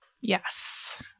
yes